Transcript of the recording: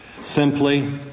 simply